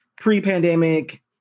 pre-pandemic